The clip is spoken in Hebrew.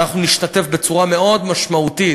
אנחנו נשתתף בצורה מאוד משמעותית